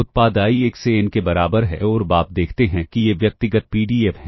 उत्पाद i 1 से n के बराबर है और अब आप देखते हैं कि ये व्यक्तिगत पीडीएफ हैं